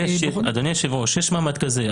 אדוני היושב ראש, יש מעמד כזה.